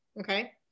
Okay